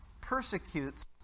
persecutes